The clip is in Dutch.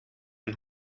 een